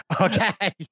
okay